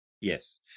Yes